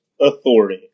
authority